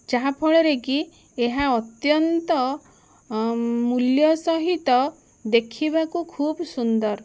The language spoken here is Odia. ଯାହାଫଳରେକି ଏହା ଅତ୍ୟନ୍ତ ମୂଲ୍ୟ ସହିତ ଦେଖିବାକୁ ଖୁବ୍ ସୁନ୍ଦର